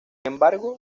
embargo